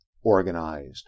organized